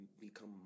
become